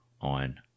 on